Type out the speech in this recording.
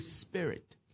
spirit